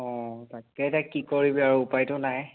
অঁ তাকে এতিয়া কি কৰিবি আৰু উপায়তো নাই